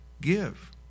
give